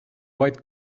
white